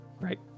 right